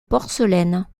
porcelaine